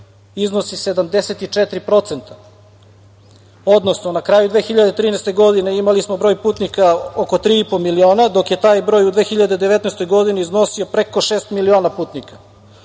iznosi 74%, odnosno na kraju 2013. godine imali smo broj putnika oko tri i po miliona dok je taj broj u 2019. godini iznosio preko šest miliona putnika,